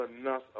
enough